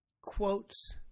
Quotes